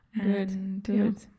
Good